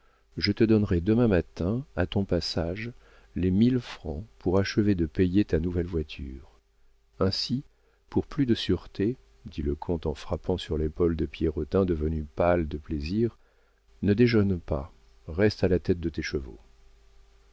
je te donnerai demain matin à ton passage les mille francs pour achever de payer ta nouvelle voiture ainsi pour plus de sûreté dit le comte en frappant sur l'épaule de pierrotin devenu pâle de plaisir ne déjeune pas reste à la tête de tes